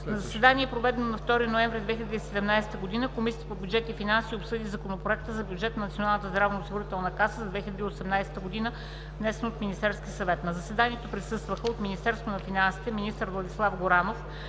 заседание, проведено на 2 ноември 2017 г., Комисията по бюджет и финанси обсъди Законопроекта за бюджета на Националната здравноосигурителна каса за 2018 г., внесен от Министерския съвет. На заседанието присъстваха: от Министерството на финансите министър Владислав Горанов,